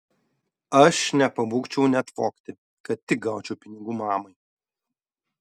aš nepabūgčiau net vogti kad tik gaučiau pinigų mamai